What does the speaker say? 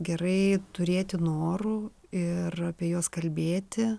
gerai turėti norų ir apie juos kalbėti